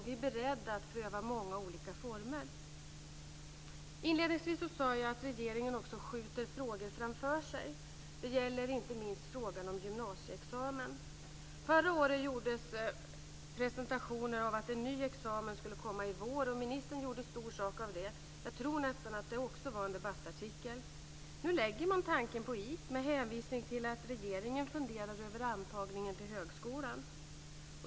Vi är beredda att pröva många olika former. Inledningsvis sade jag att regeringen skjuter frågor framför sig. Det gäller inte minst frågan om gymnasieexamen. Förra året gjordes presentationer av att en ny examen skulle komma i vår. Ministern gjorde stor sak av det. Jag tror att det också där var en debattartikel. Nu lägger regeringen tanken på is med hänvisning till att regeringen funderar över antagningen till högskolan.